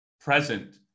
present